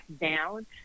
down